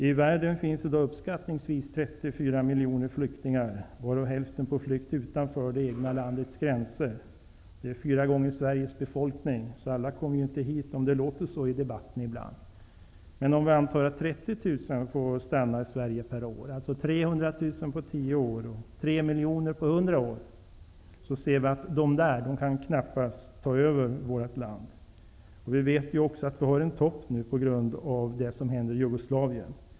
Det finns i dag i världen uppskattningsvis 34 miljoner flyktingar, varav hälften är på flykt utanför det egna landets gränser. Det är fyra gånger Sveriges befolkning. Alla kommer inte hit, även om det ibland framstår så av debatten. Om vi antar att 30 000 per år får stanna i Sverige, dvs. 300 000 på tio år eller 3 00000 på 100 år, ser vi att ''dom där'' knappast kan ta över vårt land. Vi vet också att vi nu har en topp på grund av det som händer i Jugoslavien.